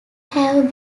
have